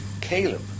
Caleb